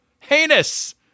Heinous